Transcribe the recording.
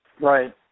Right